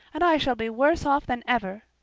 and i shall be worse off than ever.